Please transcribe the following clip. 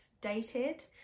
dated